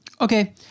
Okay